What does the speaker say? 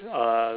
uh